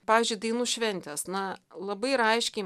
pavyzdžiui dainų šventės na labai raiškiai